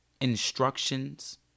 instructions